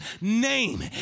name